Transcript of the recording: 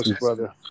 brother